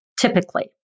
typically